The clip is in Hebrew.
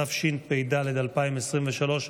התשפ"ד 2023,